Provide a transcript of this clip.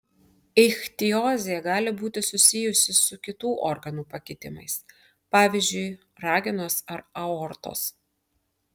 ichtiozė gali būti susijusi su kitų organų pakitimais pavyzdžiui ragenos ar aortos